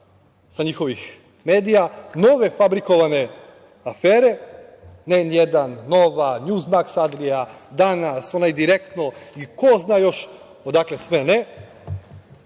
sa njihovih medija, nove fabrikovane afere, N1, Nova, „Njuz maks adrija“, „Danas“, onaj Direktno i ko zna još odakle sve ne.